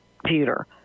computer